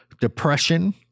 depression